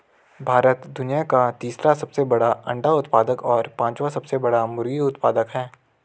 भारत दुनिया का तीसरा सबसे बड़ा अंडा उत्पादक और पांचवां सबसे बड़ा मुर्गी उत्पादक है